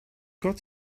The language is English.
got